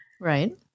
Right